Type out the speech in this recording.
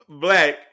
Black